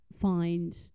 find